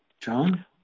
John